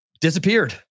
disappeared